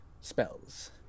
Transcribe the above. Spells